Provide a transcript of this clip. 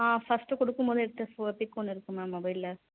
ஆ first கொடுக்கும்போது எடுத்த ஒரு பிக் இருக்கு மேம் மொபைலில்